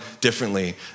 differently